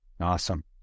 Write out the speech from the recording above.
Awesome